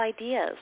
ideas